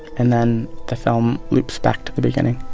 and then the film loops back to the beginning